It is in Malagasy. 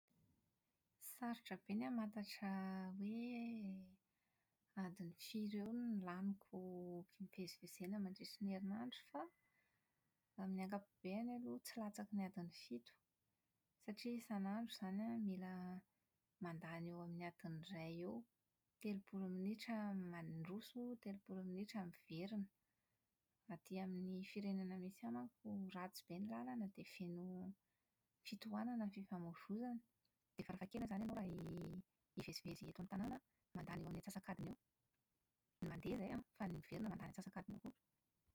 Sarotra be ny hamantatra hoe adiny firy eo no laniko hivezivezena mandritra ny heriandro fa, amin'ny ankapobeny aloha tsy latsaky ny adiny fito satria isanandro izany an, mila mandany eo amin'ny adiny iray eo: telopolo minitra mandroso, telopolo minitra miverina. Aty amin'ny firenena misy ahy manko an, ratsy be ny lalana, dia feno fitohanana ny fifamoivoizana. Dia fara-fahakeliny izany ianao raha hivezivezy eto amin'ny tanàna dia mandany eo amin'ny antsasakadiny eo. Ny mandeha izay an, fa ny miverina mandany eo amin'ny antsasakadiny eo koa.